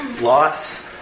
loss